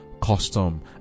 Custom